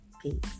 Peace